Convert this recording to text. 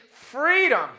freedom